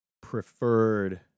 preferred